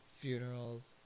funerals